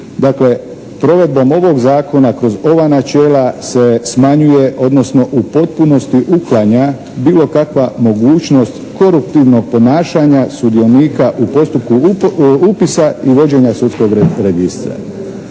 Dakle, provedbom ovog zakona kroz ova načela se smanjuje odnosno u potpunosti uklanja bilo kakva mogućnost koruptivnog ponašanja sudionika u postupku upisa i vođenja Sudskog registra.